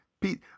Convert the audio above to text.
Pete